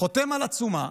חותם על עצומה